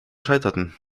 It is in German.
scheiterten